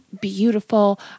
beautiful